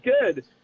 good